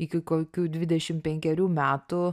iki kokių dvidešim penkerių metų